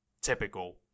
Typical